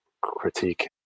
critique